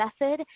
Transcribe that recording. method